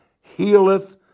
healeth